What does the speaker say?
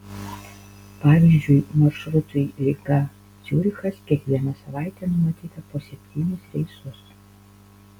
pavyzdžiui maršrutui ryga ciurichas kiekvieną savaitę numatyta po septynis reisus